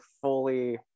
fully